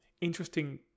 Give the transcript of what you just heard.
interesting